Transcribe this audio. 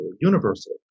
universal